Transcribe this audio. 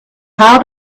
how